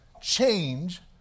change